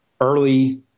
early